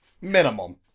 Minimum